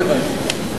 לא הבנתי.